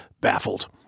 baffled